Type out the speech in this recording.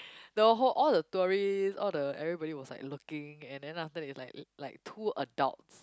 the whole all the tourist all the everybody was like looking and then after that it's like like two adults